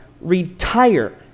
retire